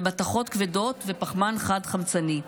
ומתכות כבדות ופחמן חד-חמצני,